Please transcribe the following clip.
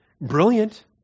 Brilliant